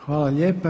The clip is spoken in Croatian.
Hvala lijepa.